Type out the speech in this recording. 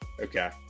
Okay